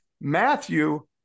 Matthew